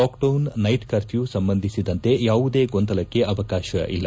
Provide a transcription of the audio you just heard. lockdown night curfew ಸಂಬಂಧಿಸಿದಂತೆ ಯಾವುದೇ ಗೊಂದಲಕ್ಕೆ ಅವಕಾಶ ಇಲ್ಲ